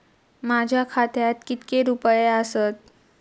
माझ्या खात्यात कितके रुपये आसत?